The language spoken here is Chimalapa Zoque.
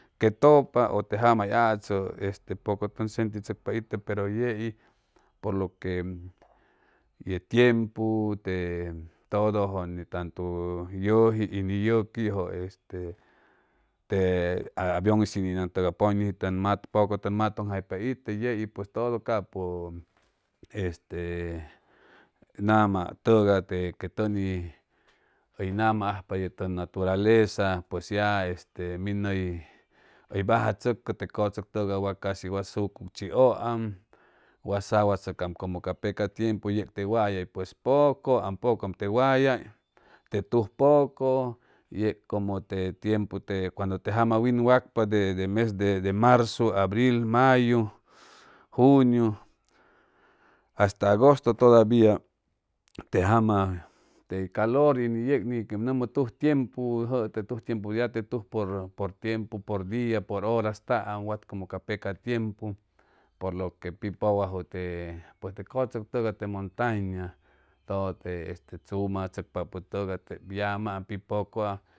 Que tʉpa ʉ te jama achʉ este poco tʉn sentichʉcpa itʉ pero yei por lo que ye tiempu de tʉdʉjʉ ni tantu pʉj yʉji y ni yʉquijʉ este te avion shininʉ pʉñʉji tʉn poco tʉn matʉŋpa itʉ yei pues todo capʉ este nama tʉgay que tʉni hʉy nama ajpa ye tʉn naturaleza pues ya este minʉ hʉy bajachʉcʉ te cʉchʉc tʉgay wat casi wa sucuc chiʉam wa sawa tzʉcaam como ca peca tiempu yeg te wayay pues pʉcʉam pʉcʉam te wayay te tuj poco yeg como te tiempu cuando te jama win wacpa de de mes de marzu abril mayu juniu hasta agosto te jama te calor y ni yeg ni quem nʉmʉ tuj tiempu jʉʉ te tuj tiempu ya te tuj por por tiempu por dia por horastaam wat como ca peca tiempu por lo que pi pʉwajwʉ te pues te cʉchʉc tʉgay te montaña todo te este chumachʉcpapʉ tʉgay tep este yamaam pi pʉcʉam